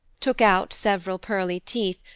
took out several pearly teeth,